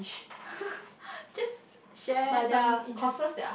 just share some interest